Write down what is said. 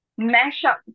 mashup